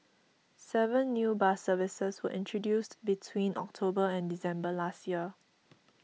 seven new bus services were introduced between October and December last year